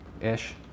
Ish